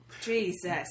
Jesus